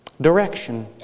direction